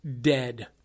dead